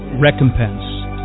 recompense